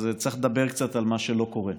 אז צריך לדבר קצת על מה שלא קורה.